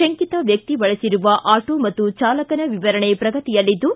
ಶಂಕಿತ ವ್ಯಕ್ತಿ ಬಳಸಿರುವ ಆಟೋ ಮತ್ತು ಚಾಲಕನ ವಿವರಣೆ ಶ್ರಗತಿಯಲ್ಲಿದ್ದು